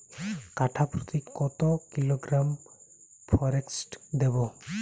কাঠাপ্রতি কত কিলোগ্রাম ফরেক্স দেবো?